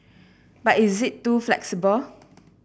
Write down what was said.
but is it too flexible